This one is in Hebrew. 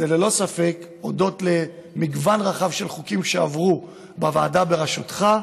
זה ללא ספק הודות למגוון רחב של חוקים שעברו בוועדה בראשותך,